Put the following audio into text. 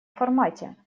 формате